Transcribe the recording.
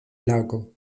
lago